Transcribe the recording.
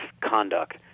conduct